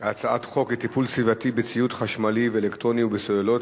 חוק לטיפול סביבתי בציוד חשמלי ואלקטרוני ובסוללות,